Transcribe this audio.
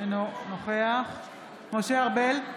אינו נוכח משה ארבל,